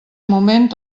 moment